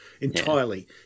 entirely